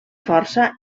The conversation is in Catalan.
força